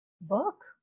book